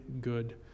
good